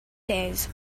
days